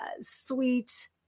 sweet